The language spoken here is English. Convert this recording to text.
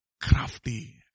Crafty